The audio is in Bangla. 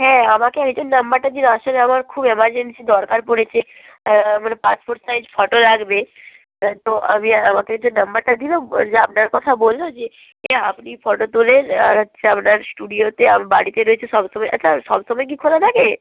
হ্যাঁ আমাকে একজন নাম্বারটা দিলো আসলে আমার খুব এমার্জেন্সি দরকার পড়েছে মানে পাসপোর্ট সাইজ ফটো লাগবে তা তো আমি আমাকে যে নাম্বারটা দিলো বোল আপনার কথা বললো যে এ আপনি ফটো তোলেন আর হচ্ছে আপনার স্টুডিওতে আপ বাড়িতে রয়েছে সব সময় আচ্ছা সব সময় কি খোলা থাকে